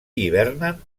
hivernen